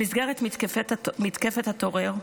במסגרת מתקפת הטרור,